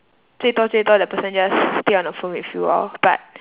最多最多 the person just stay on the phone with you lor but